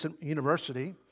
University